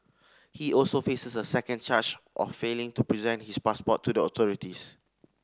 he also faces a second charge of failing to present his passport to the authorities